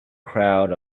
crowd